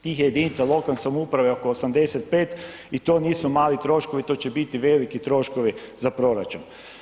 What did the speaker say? Tih jedinica lokalne samouprave je oko 85 i to nisu mali troškovi, to će biti veliki troškovi za proračun.